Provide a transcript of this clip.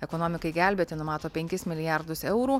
ekonomikai gelbėti numato penkis mlilijardus eurų